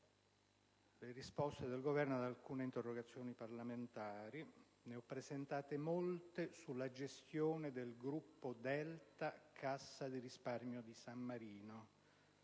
la risposta del Governo a diverse interrogazioni parlamentari che ho presentato sulla gestione del gruppo Delta-Cassa di risparmio di San Marino.